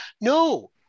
No